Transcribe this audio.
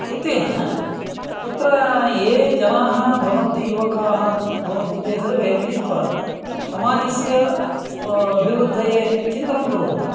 एतेन तत्र ये जनाः भवन्ति युवकाः भवन्ति ते सर्वे मिलित्वा समाजस्य अभिवृद्धये चिन्तनं कुर्वन्ति